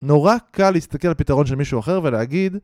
נורא קל להסתכל על פתרון של מישהו אחר ולהגיד...